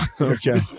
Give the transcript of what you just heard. Okay